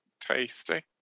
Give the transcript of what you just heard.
tasty